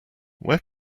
where